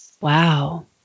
wow